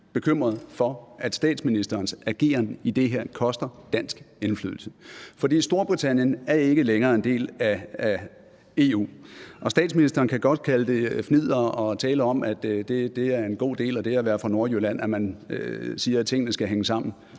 bekymret for, at statsministerens ageren i det her koster dansk indflydelse. For Storbritannien er ikke længere en del af EU. Og statsministeren kan godt kalde det fnidder og tale om, at det er en god del af det at være fra Nordjylland, at man siger, at tingene skal hænge sammen.